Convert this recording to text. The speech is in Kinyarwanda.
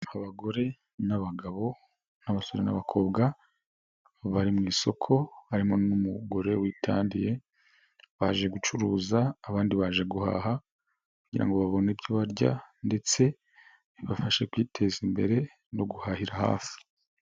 Abagore n'abagabo n'abasore n'abakobwa, bari mu isoko harimo n'umugore witandiye baje gucuruza abandi baje guhaha kugira ngo babone ibyo barya, ndetse bibafashe kwiteza imbere no guhahira hasi.